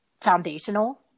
foundational